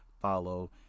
Follow